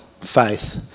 faith